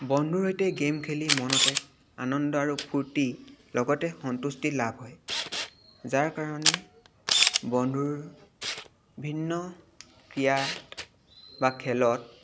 বন্ধুৰ সৈতে গেম খেলি মনতে আনন্দ আৰু ফূৰ্তি লগতে সন্তুষ্টি লাভ হয় যাৰ কাৰণে বন্ধুৰ ভিন্ন ক্ৰীড়া বা খেলত